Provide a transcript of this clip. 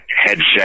headset